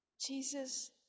Jesus